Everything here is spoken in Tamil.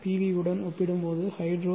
வி உடன் ஒப்பிடும்போது ஹைட்ரோ ரூ